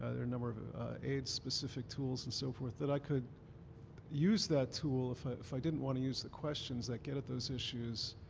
ah number of ah aids-specific tools, and so forth, that i could use that tool if i if i didn't want to use the questions that get at those issues